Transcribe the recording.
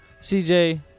CJ